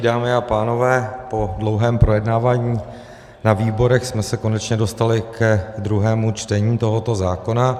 Dámy a pánové, po dlouhém projednávání na výborech jsme se konečně dostali ke druhému čtení tohoto zákona.